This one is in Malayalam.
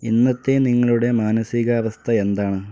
ഇന്നത്തെ നിങ്ങളുടെ മാനസികാവസ്ഥ എന്താണ്